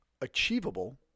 achievable